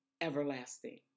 everlasting